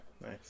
Nice